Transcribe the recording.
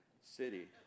city